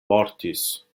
mortis